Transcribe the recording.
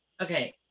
okay